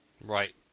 Right